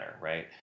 right